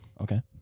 Okay